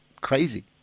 crazy